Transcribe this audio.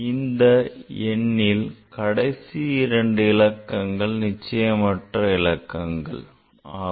இந்த எண்ணில் கடைசி இரண்டு இலக்கங்கள் நிச்சயமற்ற இலக்கங்கள் ஆகும்